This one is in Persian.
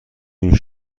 این